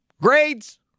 grades